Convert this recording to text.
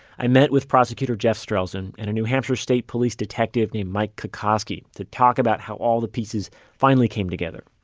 i met with prosecutor jeff strelzin and a new hampshire state police detective named mike kokoski to talk about how all the pieces finally came together